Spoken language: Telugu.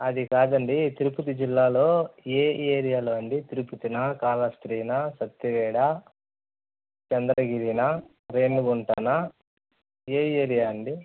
అది కాదండి తిరుపతి జిల్లాలో ఏ ఏరియాలో అండి తిరుపతినా కాళహస్ఠీనా సత్యవేడా చంద్రగిరీనా రేణుగుంటనా ఏ ఏరియా అండి